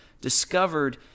discovered